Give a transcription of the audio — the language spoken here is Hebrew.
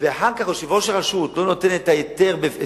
ואחר כך יושב-ראש הרשות לא נותן את האכלוס,